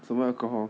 什么 alcohol